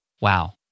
wow